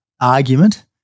argument